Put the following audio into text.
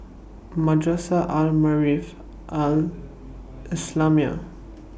Madrasah Al Maarif Al Islamiah